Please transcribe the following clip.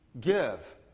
Give